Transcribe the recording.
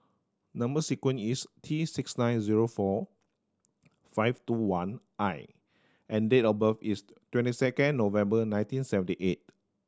number sequence is T six nine zero four five two one I and date of birth is twenty second November nineteen seventy eight